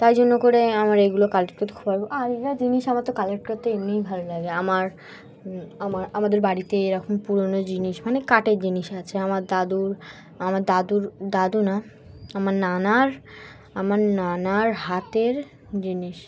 তাই জন্য করে আমার এগুলো কালেক্ট করতে খুব ভালো আর এইগুলো জিনিস আমার তো কালেক্ট করতে এমনিই ভালো লাগে আমার আমার আমাদের বাড়িতে এরকম পুরোনো জিনিস মানে কাঠের জিনিস আছে আমার দাদুর আমার দাদুর দাদু না আমার নানার আমার নানার হাতের জিনিস